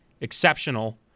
exceptional